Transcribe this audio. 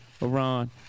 Iran